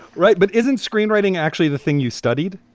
right. but isn't screenwriting actually the thing you studied?